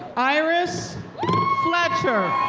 iris fletcher.